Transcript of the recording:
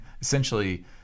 essentially